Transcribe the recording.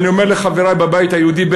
ואני אומר לחברי בבית היהודי,